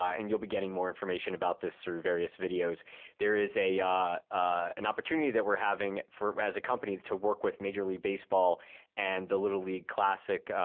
ah and you'll be getting more information about this or various videos there is a an opportunity that we're having for as a company to work with major league baseball and the little league classic,